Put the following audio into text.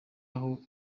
aho